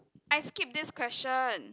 I skipped this question